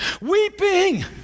Weeping